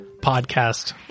podcast